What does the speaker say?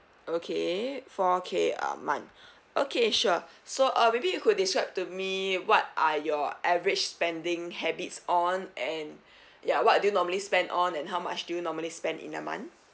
okay four K a month okay sure so uh maybe you could describe to me what are your average spending habits on and ya what do you normally spend on and how much do you normally spend in a month